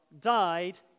died